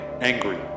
angry